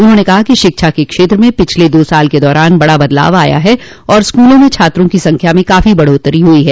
उन्होंने कहा कि शिक्षा के क्षेत्र में पिछले दो साल के दौरान बड़ा बदलाव आया है और स्कूलों में छात्रों की संख्या में काफी बढ़ोत्तरी हुई है